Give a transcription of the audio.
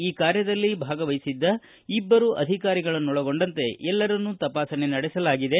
ಈ ಕಾರ್ಯದಲ್ಲಿ ಭಾಗವಹಿಸಿದ್ದ ಇಬ್ಬರು ಅಧಿಕಾರಿಗಳನ್ನೊಳಗೊಂಡಂತೆ ಎಲ್ಲರನ್ನು ತಪಾಸಣೆ ನಡೆಸಲಾಗಿದೆ